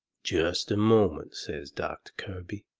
just a moment, says doctor kirby,